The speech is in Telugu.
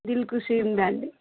దిల్ కుషీ ఉందా అండి